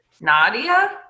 Nadia